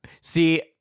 See